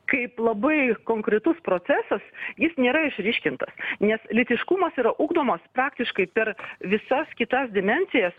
kaip labai konkretus procesas jis nėra išryškintas nes lytiškumas yra ugdomas praktiškai per visas kitas dimensijas